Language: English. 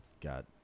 got